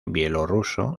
bielorruso